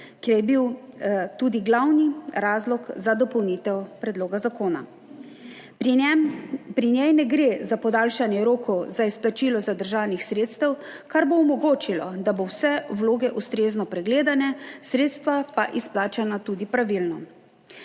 ki je bil tudi glavni razlog za dopolnitev predloga zakona. Pri njej ne gre za podaljšanje rokov za izplačilo zadržanih sredstev, kar bo omogočilo, da bodo vse vloge ustrezno pregledane, sredstva pa tudi pravilno